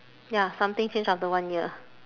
ya something change after one year